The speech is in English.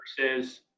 Versus